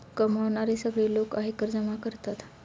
कमावणारे सगळे लोक आयकर जमा करतात